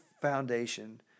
foundation